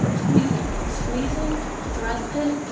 but squeezing squeezing thrusting,